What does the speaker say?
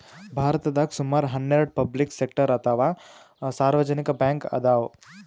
ಭಾರತದಾಗ್ ಸುಮಾರ್ ಹನ್ನೆರಡ್ ಪಬ್ಲಿಕ್ ಸೆಕ್ಟರ್ ಅಥವಾ ಸಾರ್ವಜನಿಕ್ ಬ್ಯಾಂಕ್ ಅದಾವ್